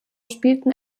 spielten